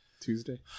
Tuesday